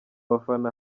bafana